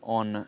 on